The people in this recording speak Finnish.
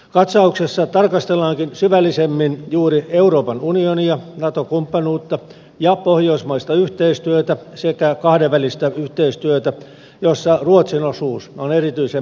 katsauksessa tarkastellaankin syvällisemmin juuri euroopan unionia nato kumppanuutta ja pohjoismaista yhteistyötä sekä kahdenvälistä yhteistyötä jossa ruotsin osuus on erityisen merkittävä